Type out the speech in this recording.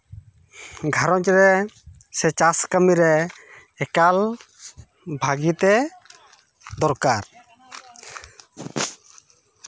ᱜᱷᱟᱨᱚᱧᱡᱽ ᱨᱮ ᱥᱮ ᱪᱟᱥ ᱠᱟᱹᱢᱤᱨᱮ ᱮᱠᱟᱞ ᱵᱷᱟᱹᱜᱤ ᱛᱮ ᱫᱚᱨᱠᱟᱨ